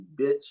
bitch